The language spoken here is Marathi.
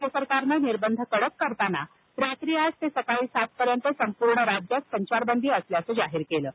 राज्य सरकारने निर्बंध कडक करताना रात्री आठ ते सकाळी सातपर्यंत संपूर्ण राज्यात संचारबंदी असल्याचे जाहीर केलं आहे